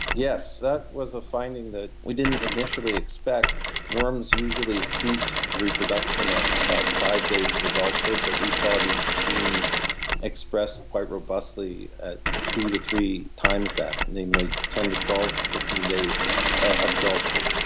yes, that was a finding that we didn't initially expect. worms usually cease reproduction at about five days of adulthood. but we saw these genes expressed quite robustly at two to three times that, namely ten to twelve, fifteen days of adulthood.